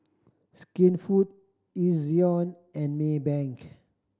Skinfood Ezion and Maybank